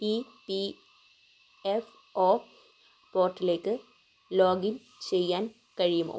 E P F O പോർട്ടലിലേക്ക് login ചെയ്യാൻ കഴിയുമോ